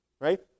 right